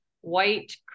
white